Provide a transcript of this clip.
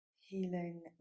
healing